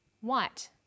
white